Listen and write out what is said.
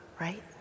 right